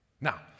Now